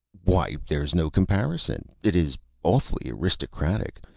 why, there's no comparison. it is awfully aristocratic.